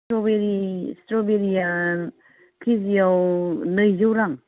स्ट्र'बेरिया केजियाव नैजौ रां